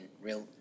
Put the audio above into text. real